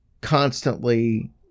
constantly